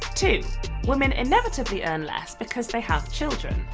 two women inevitably earn less because they have children.